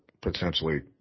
potentially –